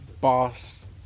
boss